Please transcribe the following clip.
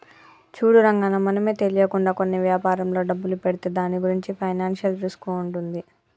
చూడు రంగన్న మనమే తెలియకుండా కొన్ని వ్యాపారంలో డబ్బులు పెడితే దాని గురించి ఫైనాన్షియల్ రిస్క్ ఉంటుంది